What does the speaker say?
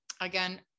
Again